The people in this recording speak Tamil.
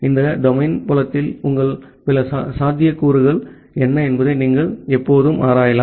இந்த டொமைன் புலத்தில் உள்ள பிற சாத்தியக்கூறுகள் என்ன என்பதை நீங்கள் எப்போதும் ஆராயலாம்